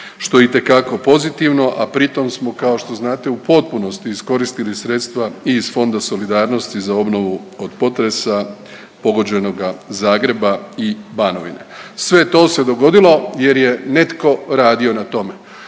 što je itekako pozitivno, a pritom smo kao što znate u potpunosti iskoristili sredstva i iz Fonda solidarnosti za obnovu od potresa pogođenoga Zagreba i Banovine. Sve to se dogodilo jer je netko radio na tome.